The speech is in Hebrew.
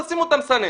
תשימו את המסנן.